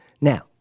Now